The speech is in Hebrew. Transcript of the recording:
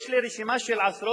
נא לסיים.